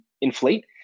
inflate